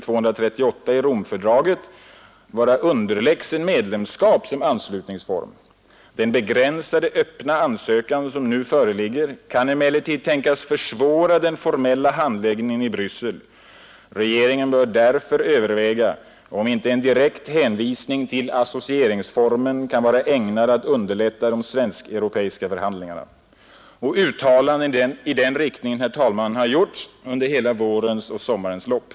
238 i Romfördraget vara underlägsen medlemskap som anslutningsform. Den begränsade ”öppna” ansökan som nu föreligger kan emellertid tänkas försvåra den formella handläggningen i Bryssel. Regeringen bör därför överväga om inte en direkt hänvisning till associeringsformen kan vara ägnad att underlätta de svensk-europeiska förhandlingarna.” Nr 137 Uttalanden i den riktningen, herr talman, har gjorts under hela vårens Torsdagen den och sommarens lopp.